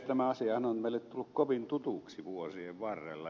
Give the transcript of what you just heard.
tämä asiahan on meille tullut kovin tutuksi vuosien varrella